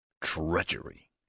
treachery